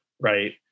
right